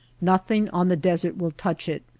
nothing on the desert will touch it.